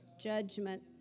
judgment